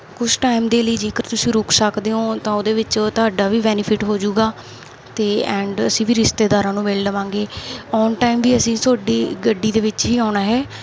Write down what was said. ਕੁਛ ਟਾਈਮ ਦੇ ਲਈ ਜੇਕਰ ਤੁਸੀਂ ਰੁਕ ਸਕਦੇ ਹੋ ਤਾਂ ਉਹਦੇ ਵਿੱਚ ਤੁਹਾਡਾ ਵੀ ਬੈਨੀਫਿਟ ਹੋਜੂਗਾ ਅਤੇ ਐਂਡ ਅਸੀਂ ਵੀ ਰਿਸਤੇਦਾਰਾਂ ਨੂੰ ਮਿਲ ਲਵਾਂਗੇ ਆਉਣ ਟੈਮ ਵੀ ਅਸੀਂ ਤੁਹਾਡੀ ਗੱਡੀ ਦੇ ਵਿੱਚ ਹੀ ਆਉਣਾ ਹੈ